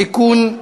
(תיקון,